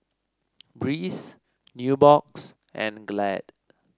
Breeze Nubox and Glad